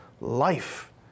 life